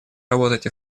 работать